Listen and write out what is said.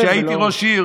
כשהייתי ראש עיר